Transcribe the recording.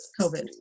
covid